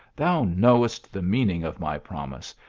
thou knowest the meaning of my promise,